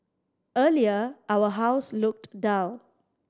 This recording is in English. earlier our house looked dull